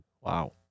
Wow